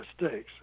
mistakes